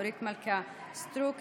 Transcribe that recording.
אורית מלכה סטרוק,